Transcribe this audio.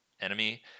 enemy